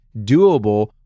doable